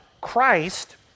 Christ